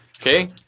Okay